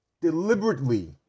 deliberately